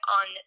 on